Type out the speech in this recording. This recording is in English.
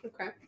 Okay